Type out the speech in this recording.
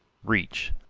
reach,